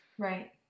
Right